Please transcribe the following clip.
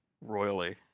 royally